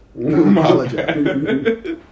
Apologize